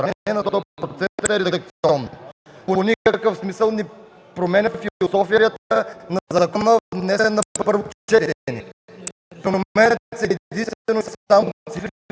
На сто процента е редакционно и по никакъв смисъл не променя философията на закона, внесен на първо четене. Променят се единствено и само цифри,